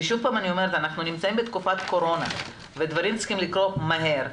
אנחנו נמצאים בתקופת קורונה ודברים צריכים לקרות מהר.